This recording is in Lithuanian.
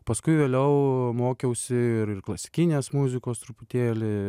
paskui vėliau mokiausi ir ir klasikinės muzikos truputėlį